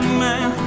man